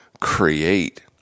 Create